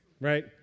Right